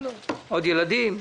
עוד ילדים.